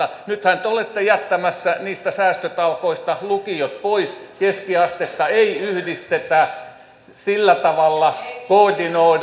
nythän te olette jättämässä niistä säästötalkoista lukiot pois keskiastetta ei yhdistetä sillä tavalla koordinoida